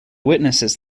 witnesses